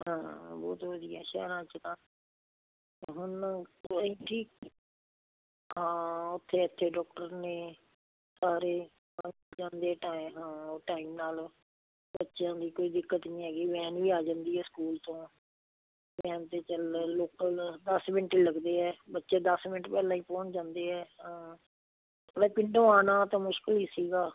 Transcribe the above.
ਹਾਂ ਬਹੁਤ ਵਧੀਆ ਸ਼ਹਿਰਾਂ 'ਚ ਤਾਂ ਹੁਣ ਕੋਈ ਵੀ ਹਾਂ ਉੱਥੇ ਇੱਥੇ ਡੋਕਟਰ ਨੇ ਸਾਰੇ ਟਾਈਮ ਨਾਲ ਬੱਚਿਆਂ ਦੀ ਕੋਈ ਦਿੱਕਤ ਨਹੀਂ ਹੈਗੀ ਵੈਨ ਵੀ ਆ ਜਾਂਦੀ ਹੈ ਸਕੂਲ ਤੋਂ ਵੈਨ 'ਤੇ ਚੱਲਦਾ ਲੋਕਲ ਦਸ ਮਿੰਟ ਹੀ ਲੱਗਦੇ ਆ ਬੱਚੇ ਦਸ ਮਿੰਟ ਪਹਿਲਾਂ ਹੀ ਪਹੁੰਚ ਜਾਂਦੇ ਆ ਹਾਂ ਪਿੰਡੋਂ ਆਉਣਾ ਤਾਂ ਮੁਸ਼ਕਿਲ ਹੀ ਸੀਗਾ